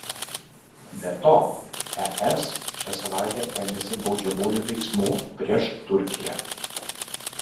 be to es šią savaitę ėmėsi baudžiamųjų veiksmų prieš turkiją